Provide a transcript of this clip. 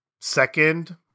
second